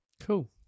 Cool